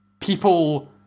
people